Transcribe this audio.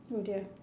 oh dear